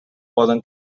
poden